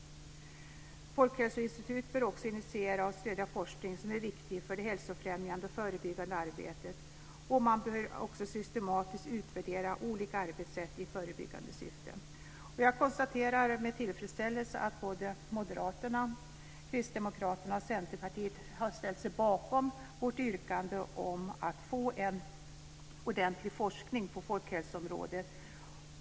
Folkhälsoinstitutet bör också initiera och stödja forskning som är viktig för det hälsofrämjande och förebyggande arbetet. Man bör också systematiskt utvärdera olika arbetssätt i förebyggande syfte. Jag konstaterar med tillfredsställelse att både Moderaterna, Kristdemokraterna och Centerpartiet har ställt sig bakom vårt yrkande om att få en ordentlig forskning på folkhälsoområdet.